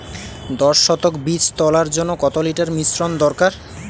দশ শতক বীজ তলার জন্য কত লিটার মিশ্রন দরকার?